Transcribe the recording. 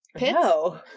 No